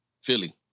Philly